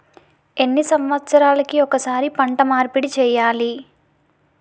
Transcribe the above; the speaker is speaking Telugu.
ఎన్ని సంవత్సరాలకి ఒక్కసారి పంట మార్పిడి చేయాలి?